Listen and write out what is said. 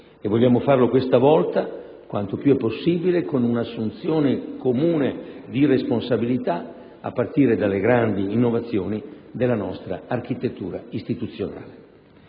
E vogliamo farlo questa volta quanto è più possibile, con una assunzione comune di responsabilità, a partire dalle grandi innovazioni della nostra architettura istituzionale.